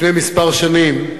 לפני כמה שנים,